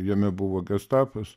jame buvo gestapas